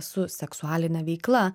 su seksualine veikla